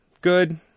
good